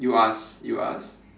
you ask you ask